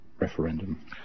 referendum